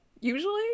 Usually